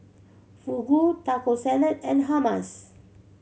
Fugu Taco Salad and Hummus